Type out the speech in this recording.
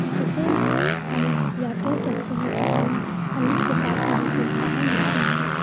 इससे हम यह कह सकते हैं कि हमें अनेक प्रकार की विशेषताएँ मिलती हैं